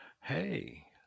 Hey